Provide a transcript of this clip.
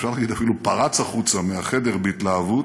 אפשר להגיד אפילו פרץ החוצה מהחדר בהתלהבות,